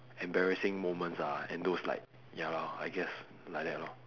embarrassing moments ah and those like ya lor I guess like that lor